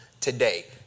today